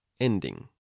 ending